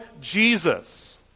Jesus